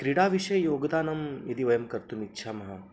क्रीडाविषये योगदानं यदि वयं कर्तुम् इच्छामः